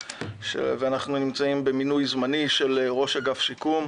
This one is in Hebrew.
ואנחנו נמצאים במינוי זמני של ראש אגף השיקום,